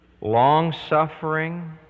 Long-suffering